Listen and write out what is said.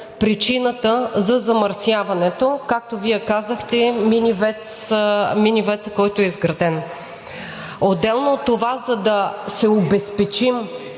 причината за замърсяването, както Вие казахте – минивецът, който е изграден. Отделно от това, за да се обезпечим,